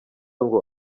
ngo